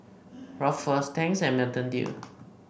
Ruffles Tangs and Mountain Dew